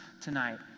tonight